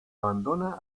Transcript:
abandona